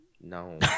No